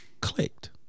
clicked